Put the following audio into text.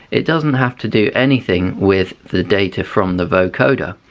it doesn't have to do anything with the data from the vocoder,